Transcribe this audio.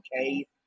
okay